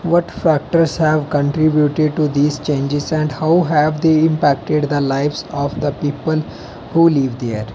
what factor have country these changes and how have the impacted the lives of the people who live there